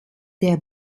der